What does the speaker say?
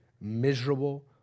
miserable